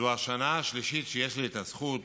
זו השנה השלישית שיש לי את הזכות